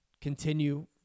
continue